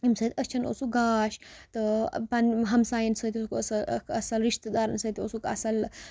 ییٚمہِ سۭتۍ أچھَن اوسُکھ گاش تہٕ پَنٕنۍ یِم ہمسایَن سۭتۍ اوسُکھ اَکھ اَصٕل رِشتہٕ دارَن سۭتۍ اوسُکھ اَصٕل